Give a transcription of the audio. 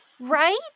right